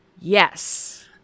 yes